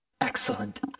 Excellent